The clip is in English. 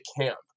camp